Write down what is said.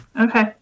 Okay